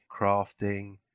crafting